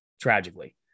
tragically